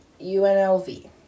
UNLV